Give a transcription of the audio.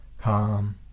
calm